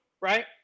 right